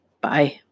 Bye